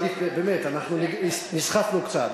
לא, אני מעדיף, באמת, אנחנו נסחפנו קצת.